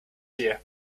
here